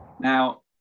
Now